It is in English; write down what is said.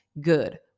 good